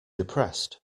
depressed